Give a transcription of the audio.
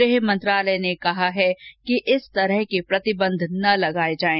गुह मंत्रालय ने कहा है कि इस तरह के प्रतिबंध न लगाये जायें